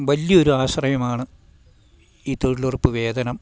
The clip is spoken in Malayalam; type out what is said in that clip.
വലിയൊരു ആശ്രയമാണ് ഈ തൊഴിലുറപ്പ് വേദനം